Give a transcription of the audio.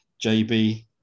jb